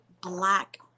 Black